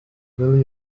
lily